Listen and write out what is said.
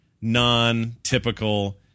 non-typical